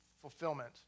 fulfillment